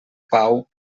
pau